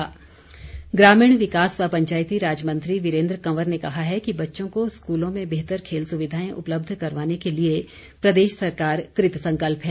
कंवर ग्रामीण विकास व पंचायती राज मंत्री वीरेन्द्र कंवर ने कहा है कि बच्चों को स्कूलों में बेहतर खेल सुविधाएं उपलब्ध करवाने के लिए प्रदेश सरकार कृतसंकल्प है